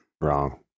Wrong